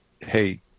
hey